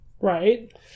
Right